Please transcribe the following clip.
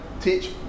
teach